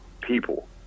people